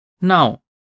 Now